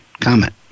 Comment